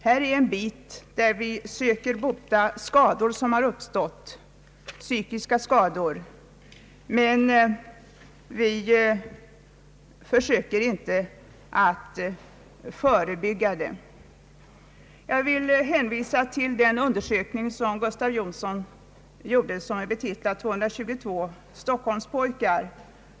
Detta är ett område där vi söker bota psykiska skador som uppstått, men vi försöker inte att förebygga dem. Jag vill hänvisa till den undersökning som Gustav Jonsson gjort och som har titeln 222 Stockholmspojkar.